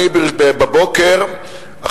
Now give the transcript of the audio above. בבקשה.